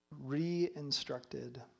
re-instructed